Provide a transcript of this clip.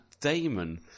Damon